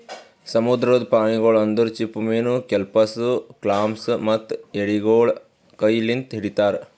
ಸಮುದ್ರದ ಪ್ರಾಣಿಗೊಳ್ ಅಂದುರ್ ಚಿಪ್ಪುಮೀನು, ಕೆಲ್ಪಸ್, ಕ್ಲಾಮ್ಸ್ ಮತ್ತ ಎಡಿಗೊಳ್ ಕೈ ಲಿಂತ್ ಹಿಡಿತಾರ್